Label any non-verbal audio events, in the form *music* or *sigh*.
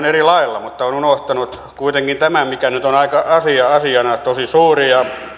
*unintelligible* eri lailla mutta on unohtanut kuitenkin tämän mikä nyt on asiana tosi suuri